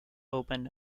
open